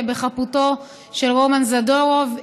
בחפותו של רומן זדורוב,